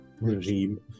Regime